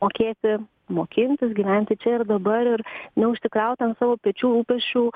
mokėti mokintis gyventi čia ir dabar ir neužsikraut ant savo pečių rūpesčių